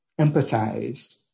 empathize